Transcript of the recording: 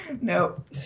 Nope